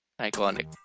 Iconic